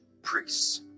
priests